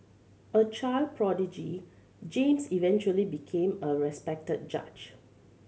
a child prodigy James eventually became a respected judge